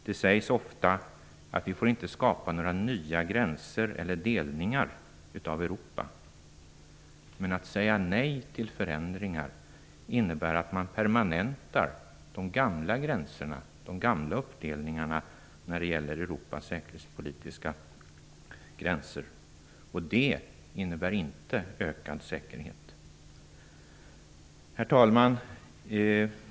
Det sägs ofta att vi inte får skapa några nya gränser eller delningar av Europa. Men att säga nej till förändringar innebär att man permanentar de gamla gränserna och uppdelningarna när det gäller Europas säkerhetspolitiska gränser. Det innebär inte ökad säkerhet. Herr talman!